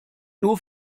nur